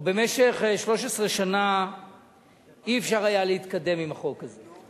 החל בשנת 1999. במשך 13 שנה לא היה אפשר להתקדם עם החוק הזה.